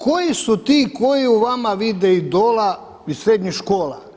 Koji su ti koji u vama vide idola iz srednjih škola.